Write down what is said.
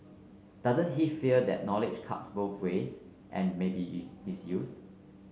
doesn't he fear that knowledge cuts both ways and maybe is misused